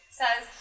says